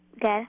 Good